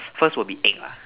first would be egg lah